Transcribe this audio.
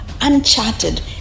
uncharted